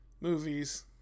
movies